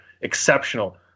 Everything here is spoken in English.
Exceptional